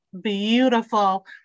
beautiful